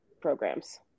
programs